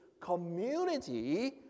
community